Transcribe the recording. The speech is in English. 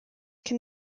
can